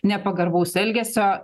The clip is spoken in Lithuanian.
nepagarbaus elgesio